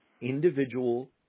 individual